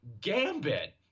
Gambit